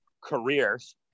careers